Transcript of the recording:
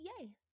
yay